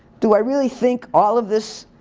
do i really think all of this?